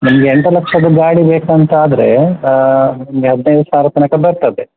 ನಿಮಗೆ ಎಂಟು ಲಕ್ಷದ ಗಾಡಿ ಬೇಕು ಅಂತ ಆದ್ರೆ ನಿಮಗೆ ಹದಿನೈದು ಸಾವಿರ ತನಕ ಬರ್ತದೆ